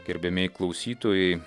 gerbiamieji klausytojai